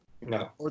no